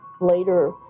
later